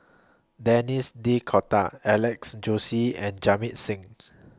Denis D'Cotta Alex Josey and Jamit Singh